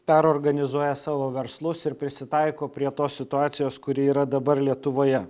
perorganizuoja savo verslus ir prisitaiko prie tos situacijos kuri yra dabar lietuvoje